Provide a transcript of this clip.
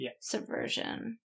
subversion